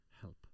help